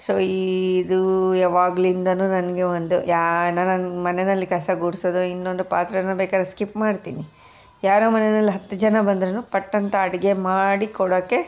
so ಇದು ಯಾವಾಗ್ಲಿಂದನೂ ನನಗೆ ಒಂದು ಯಾ ನಾ ನನ್ನ ಮನೆಯಲ್ಲಿ ಕಸ ಗುಡಿಸೋದು ಇನ್ನೊಂದು ಪಾತ್ರೆನ ಬೇಕಾದ್ರೆ ಸ್ಕಿಪ್ ಮಾಡ್ತೀನಿ ಯಾರೋ ಮನೆನಲ್ಲಿ ಹತ್ತು ಜನ ಬಂದ್ರೂನು ಪಟ್ ಅಂತ ಅಡುಗೆ ಮಾಡಿ ಕೊಡೋಕ್ಕೆ